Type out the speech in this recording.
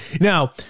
Now